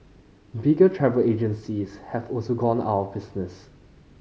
bigger travel agencies have also gone out of business